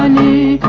e